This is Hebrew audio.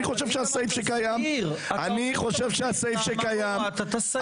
אני חושב שהסעיף שקיים --- למה הורדת את הסעיף של החקירות הספציפיות?